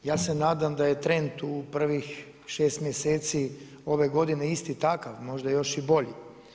Ja se nadam da je trend u prvih šest mjeseci ove godine isti takav, možda još i bolji.